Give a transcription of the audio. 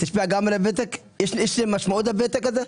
יש משמעות לוותק הזה?